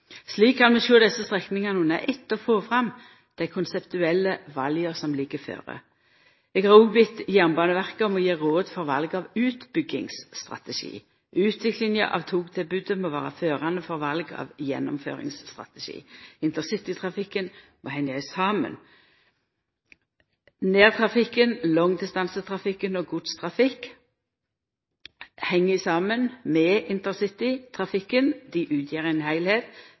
Slik kan vi sjå desse strekningane under eitt og få fram dei konseptuelle vala som ligg føre. Eg har òg bedt Jernbaneverket om å gje råd for val av utbyggingsstrategi. Utviklinga av togtilbodet må vera førande for val av gjennomføringsstrategi. Intercitytrafikken må hengja saman med nærtrafikken, langdistansetrafikken og